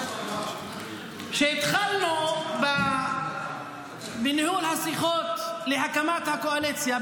כשהתחלנו בניהול השיחות להקמת הקואליציה,